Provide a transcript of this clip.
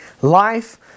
life